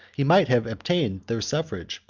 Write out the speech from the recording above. he might have obtained their suffrage,